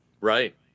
Right